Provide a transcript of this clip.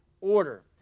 order